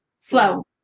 flow